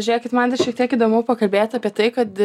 žiūrėkit man dar šiek tiek įdomu pakalbėti apie tai kad